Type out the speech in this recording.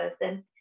person